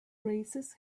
races